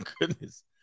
goodness